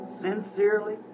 sincerely